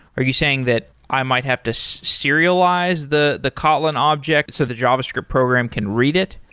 are you saying that i might have to so serialize the the kotlin object so the javascript program can read it?